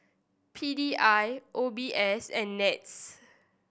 P D I O B S and NETS